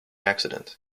accident